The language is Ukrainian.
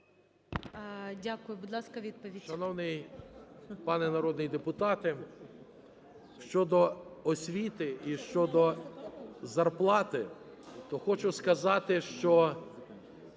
Дякую. Будь ласка, відповідь.